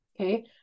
okay